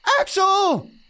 Axel